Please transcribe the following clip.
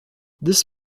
this